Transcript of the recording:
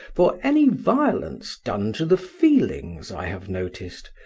for any violence done to the feelings i have noticed,